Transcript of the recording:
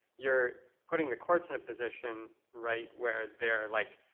you're putting the courts in a position, right, where they're like